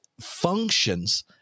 functions